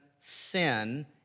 sin